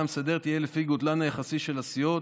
המסדרת יהיה לפי גודלן היחסי של הסיעות,